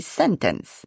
sentence